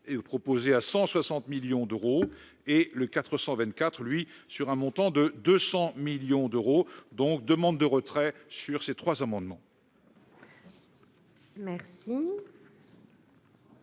proposé à 160 millions d'euros et le 424 8 sur un montant de 200 millions d'euros, donc : demande de retrait sur ces trois amendements. Merci.